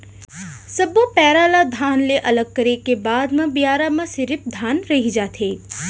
सब्बो पैरा ल धान ले अलगे करे के बाद म बियारा म सिरिफ धान रहि जाथे